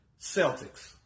Celtics